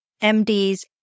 MDs